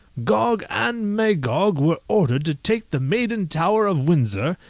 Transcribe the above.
gog and magog were ordered to take the maiden tower of windsor,